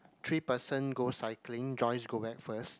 three person go cycling Joyce go back first